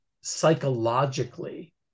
psychologically